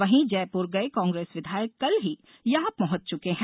वहीं जयपुर गये कांग्रेस विधायक कल ही यहां पहॅच चुके हैं